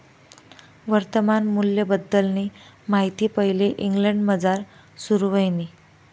वर्तमान मूल्यबद्दलनी माहिती पैले इंग्लंडमझार सुरू व्हयनी